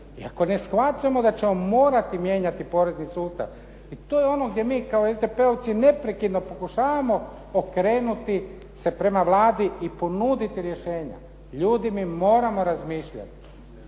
I ako ne shvaćamo da ćemo morati mijenjati porezni sustav. I to je ono gdje mi kao SDP-ovci neprekidno pokušavamo okrenuti se prema Vladi i ponuditi rješenja. Ljudi mi moramo razmišljati.